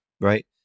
right